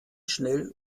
schnell